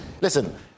Listen